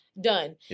done